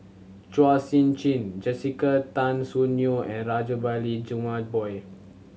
Chua Sian Chin Jessica Tan Soon Neo and Rajabali Jumabhoy